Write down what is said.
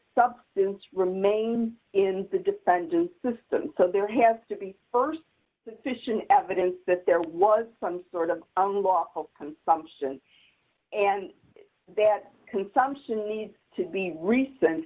substance remains in the defendant's system so there has to be st christian evidence that there was some sort of unlawful consumption and that consumption needs to be recent